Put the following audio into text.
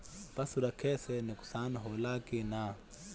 पशु रखे मे नुकसान होला कि न?